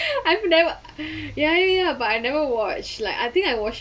I've never ya ya but I never watch like I think I watch